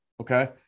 okay